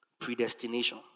predestination